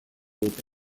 dute